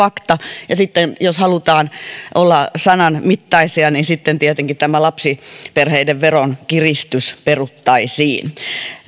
fakta ja jos halutaan olla sanan mittaisia niin sitten tietenkin tämä lapsiperheiden veronkiristys peruttaisiin